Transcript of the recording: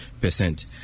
percent